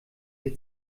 sie